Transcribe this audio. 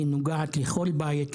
היא נוגעת לכל בית,